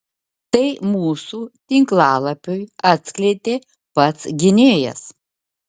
tai mūsų tinklalapiui atskleidė pats gynėjas